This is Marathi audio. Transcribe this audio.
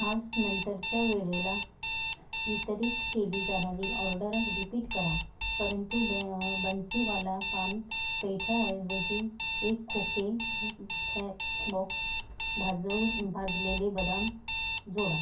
आज नंतरच्या वेळेला वितरीत केली जाणारी ऑर्डर रिपीट करा परंतु बॅ बन्सीवाला पान पेठाऐवजी एक खोके फॅकबॉक्स भाजवून भाजलेले बदाम जोडा